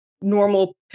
normal